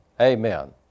Amen